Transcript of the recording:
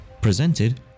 Presented